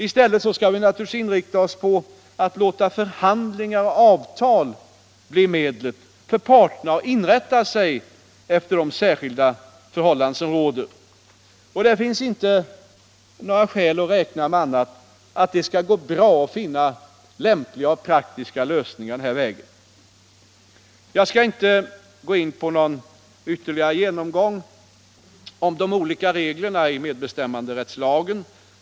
I stället skall vi naturligtvis inrikta oss på att låta förhandlingar och avtal bli medlet för parterna att inrätta sig efter de särskilda förhållanden som råder. Det finns inte några skäl att räkna med annat än att det skall gå bra att finna lämpliga och praktiska lösningar den vägen. Jag skall inte göra någon ytterligare genomgång av de olika reglerna i medbestämmandelagen.